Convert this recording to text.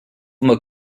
uma